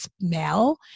smell